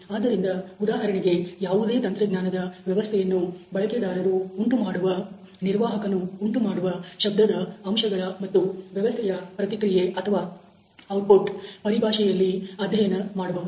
ಆದ್ದರಿಂದ ಉದಾಹರಣೆಗೆ ಯಾವುದೇ ತಂತ್ರಜ್ಞಾನದ ವ್ಯವಸ್ಥೆಯನ್ನು ಬಳಕೆದಾರರು ಉಂಟುಮಾಡುವ ನಿರ್ವಾಹಕನು ಉಂಟುಮಾಡುವ ಶಬ್ದದ ಅಂಶಗಳ ಮತ್ತು ವ್ಯವಸ್ಥೆಯ ಪ್ರತಿಕ್ರಿಯೆ ಅಥವಾ ಔಟ್ಪುಟ್ ಪರಿಭಾಷೆಯಲ್ಲಿ ಅಧ್ಯಯನ ಮಾಡಬಹುದು